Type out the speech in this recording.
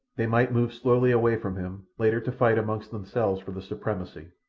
they might move slowly away from him, later to fight among themselves for the supremacy.